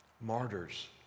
martyrs